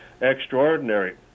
extraordinary